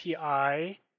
API